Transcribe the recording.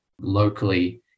locally